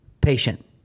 patient